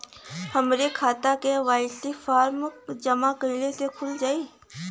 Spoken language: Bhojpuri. हमार खाता के.वाइ.सी फार्म जमा कइले से खुल जाई?